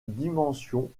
dimension